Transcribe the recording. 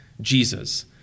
Jesus